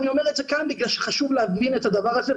אני אומר את זה כאן כי חשוב להבהיר את הדבר הזה.